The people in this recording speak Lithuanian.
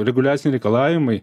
reguliaciniai reikalavimai